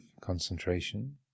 concentration